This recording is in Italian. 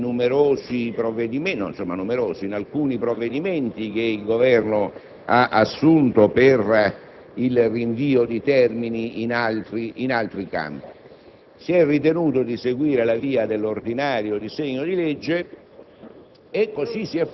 in uno dei provvedimenti che il Governo ha assunto per il rinvio di termini in altri campi. Si è ritenuto di seguire la via dell'ordinario disegno di legge